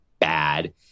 bad